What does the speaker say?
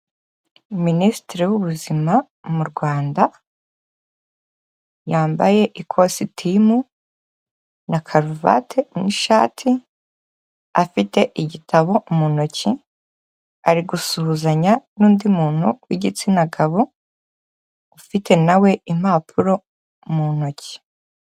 Minisitiri w'Ubuzima mu Rwanda, yambaye ikositimu na karuvati n'ishati, afite igitabo mu ntoki, ari gusuhuzanya n'undi muntu w'igitsina gabo, ufite na we impapuro mu ntoki.